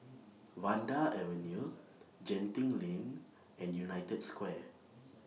Vanda Avenue Genting LINK and United Square